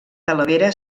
talavera